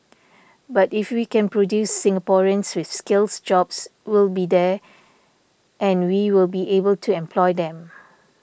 but if we can produce Singaporeans with skills jobs will be there and we will be able to employ them